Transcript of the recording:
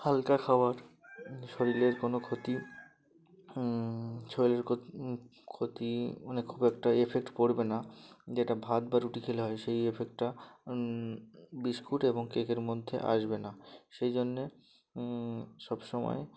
হালকা খাবার শরীরের কোনো ক্ষতি শরীরের ক্ষতি মানে খুব একটা এফেক্ট পড়বে না যেটা ভাত বা রুটি খেলে হয় সেই এফেক্টটা বিস্কুট এবং কেকের মধ্যে আসবে না সেই জন্যে সবসময়